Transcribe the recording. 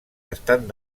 estan